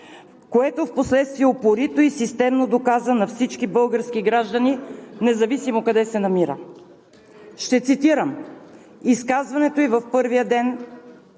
което впоследствие упорито и системно доказва на всички български граждани независимо къде се намира. Ще цитирам изказването ѝ в първия ден